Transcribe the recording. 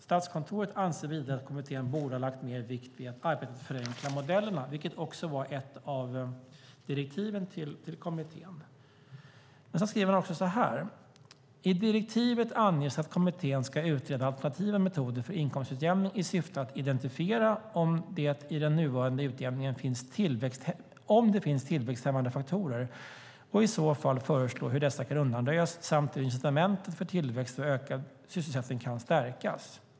Statskontoret anser vidare att kommittén borde ha lagt mer vikt vid att arbeta för att förenkla modellerna, vilket också var ett av direktiven till kommittén. Vidare framgår av Statskontorets text att i direktivet anges att kommittén ska utreda alternativa metoder för inkomstutjämning i syfte att identifiera om det i den nuvarande utjämningen finns tillväxthämmande faktorer och i så fall föreslå hur dessa kan undanröjas samt hur incitamentet för tillväxt och ökad sysselsättning kan stärkas.